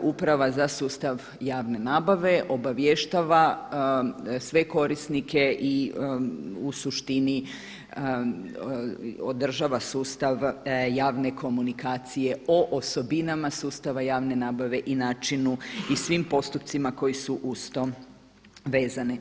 Uprava za sustav javne nabave obavještava sve korisnike i u suštini održava sustav javne komunikacije o osobinama sustava javne nabave i načinu i svim postupcima koji su uz to vezani.